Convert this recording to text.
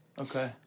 Okay